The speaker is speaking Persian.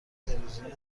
تلویزیونی